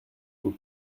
vous